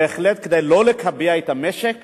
בהחלט, כדי לא לקבע את המשק